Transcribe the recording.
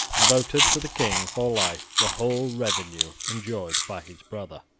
and voted to the king, for life, the whole revenue enjoyed by his brother.